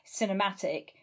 cinematic